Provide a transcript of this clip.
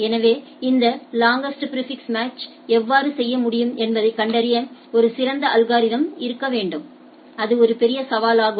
எனவே இந்த longest prefix மேட்ச்யை எவ்வாறு செய்ய முடியும் என்பதைக் கண்டறிய ஒரு சிறந்த அல்கோரிதம்ஸ்இருக்க வேண்டும் அது ஒரு பெரிய சவாலாகும்